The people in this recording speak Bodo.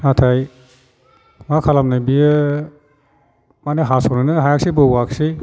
नाथाय मा खालामनो बियो माने हास'नोनो हायासै बौवासै